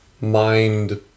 mind